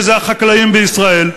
וזה החקלאים בישראל.